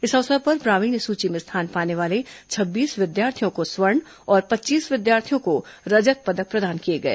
इस अवसर पर प्रावीण्य सूची में स्थान पाने वाले छब्बीस विद्यार्थियों को स्वर्ण और पच्चीस विद्यार्थियों को रजत पदक प्रदान किए गए